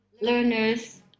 learners